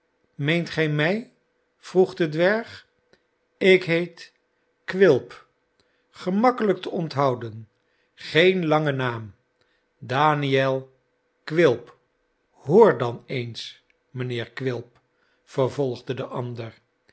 meent gij mij vroeg de dwerg ik heet quilp gemakkelijk te onthouden geen lange naam daniel quilp hoor dan eens mijnheer quilp vervolgde de ander